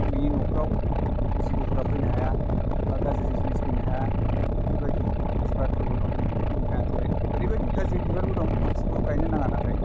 नोंनि न'फ्राव जिबौफ्रा फैनो हाया बा गाज्रि जिनिस फैनो हाया बेफोरबादि बिबार फोरबो दं नाथाइ ओरैबाइदि गाज्रि बिबारबो दं माखासेखौ गारनो नाङा नाथाइ